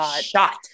shot